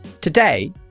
Today